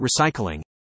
recycling